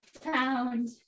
found